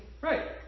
Right